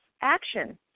action